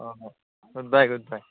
ꯍꯣꯏ ꯍꯣꯏ goodbye good ꯕꯥꯏ